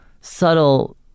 subtle